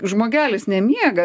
žmogelis nemiega